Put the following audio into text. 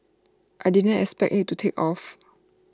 I didn't expect IT to take off